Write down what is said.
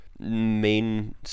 main